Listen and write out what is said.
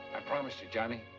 i promised you, johnny.